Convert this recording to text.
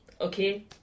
okay